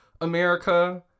America